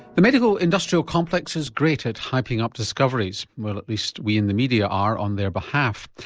the medical industrial complex is great at hyping up discoveries well at least we in the media are on their behalf.